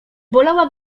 bolała